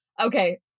Okay